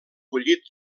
collit